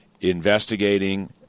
investigating